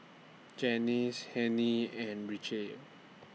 Janice Hennie and Richelle